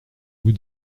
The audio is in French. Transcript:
vous